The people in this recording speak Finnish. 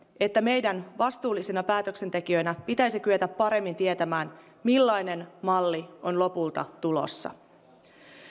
että meidän vastuullisina päätöksentekijöinä pitäisi kyetä paremmin tietämään millainen malli on lopulta tulossa